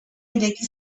ireki